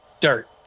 dirt